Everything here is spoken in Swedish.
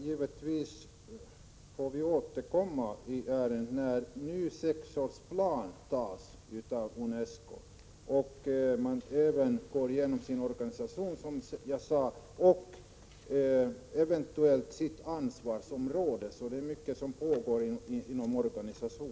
Givetvis får vi återkomma i ärendet, när en ny sexårsplan antas av UNESCO och när man gått igenom sin organisation och eventuellt sitt ansvarsområde. Det är mycket som pågår inom UNESCO.